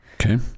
Okay